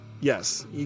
Yes